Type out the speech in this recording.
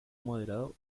moderado